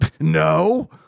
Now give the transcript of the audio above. no